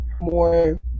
more